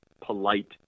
polite